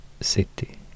city